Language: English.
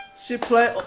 she played.